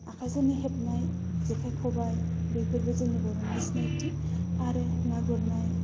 आखाइजोंनो हेबनाय जेखाइ खबाइ बैफोरबो जोंनि बर'नि सिनायथि आरो ना गुरनाय